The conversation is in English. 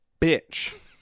bitch